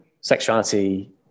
sexuality